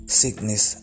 sickness